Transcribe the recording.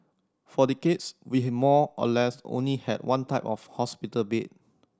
for decades we have more or less only had one type of hospital bed